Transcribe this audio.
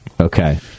Okay